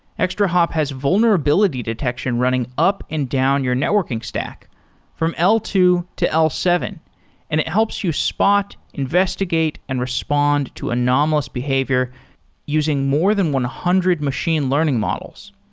extrahop has vulnerability detection running up and down your networking stock from l two to l seven and it helps you spot, investigate and respond to anomalous behavior using more than one hundred machine learning models.